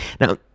Now